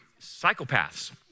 psychopaths